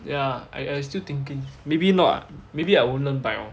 ya I I still thinking maybe not maybe I won't learn bike lor